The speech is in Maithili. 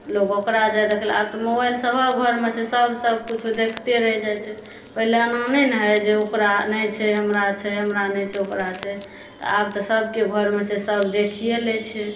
लोग ओकरा जाय देखै लए आब तऽ मोबइल सबहक घरमे छै सब सब किछु देखते रहि जाइ छै पहिले एना नहि ने होइ जे ओकरा नहि छै हमरा छै हमरा नहि छै ओकरा छै आब तऽ सबके घरमे छै सब देखिए लए छै